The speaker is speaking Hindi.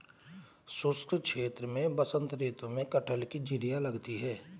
शुष्क क्षेत्र में बसंत ऋतु में कटहल की जिरीयां लगती है